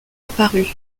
apparut